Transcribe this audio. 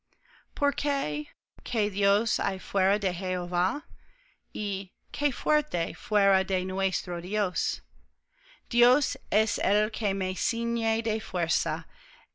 porque qué dios hay fuera de jehová y qué fuerte fuera de nuestro dios dios es el que me ciñe de fuerza